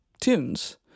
tunes